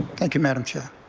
thank you, madam chair.